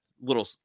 little